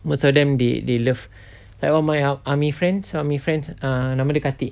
most of them they they love like all my ar~ army friends army friends uh nama dia kartik